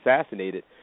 assassinated